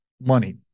money